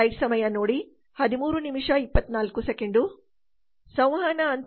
ಸಂವಹನ ಅಂತರವಾಗಿರುವ ಅಂತರ 4 ಕ್ಕೆ ಬರುತ್ತಿದೆ